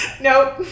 Nope